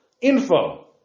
info